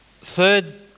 third